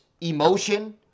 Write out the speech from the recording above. emotion